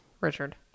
Richard